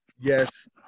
yes